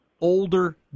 older